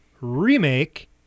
remake